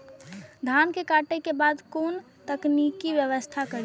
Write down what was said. धान के काटे के बाद कोन तकनीकी व्यवस्था करी?